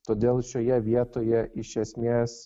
todėl šioje vietoje iš esmės